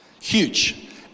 Huge